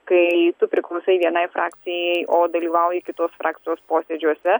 kai tu priklausai vienai frakcijai o dalyvauji kitos frakcijos posėdžiuose